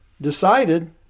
decided